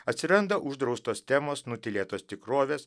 atsiranda uždraustos temos nutylėtos tikrovės